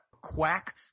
quack